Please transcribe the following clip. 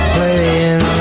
Playing